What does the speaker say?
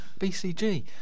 BCG